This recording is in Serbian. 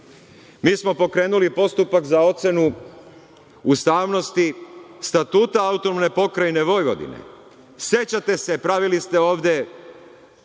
Mi smo pokrenuli postupak za ocenu ustavnosti Statuta AP Vojvodine. Sećate se, pravili ste ovde